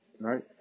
Right